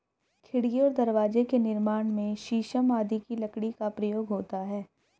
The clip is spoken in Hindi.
खिड़की और दरवाजे के निर्माण में शीशम आदि की लकड़ी का प्रयोग होता है